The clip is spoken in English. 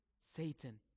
Satan